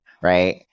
right